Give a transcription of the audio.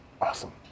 awesome